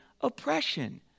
oppression